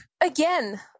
Again